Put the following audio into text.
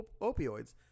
opioids